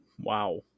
Wow